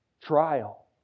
trial